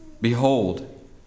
Behold